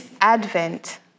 advent